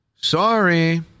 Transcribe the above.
Sorry